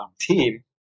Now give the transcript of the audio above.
team